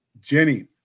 Jenny